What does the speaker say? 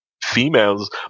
females